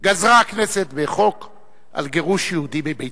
גזרה הכנסת בחוק על גירוש יהודים מביתם.